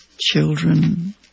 children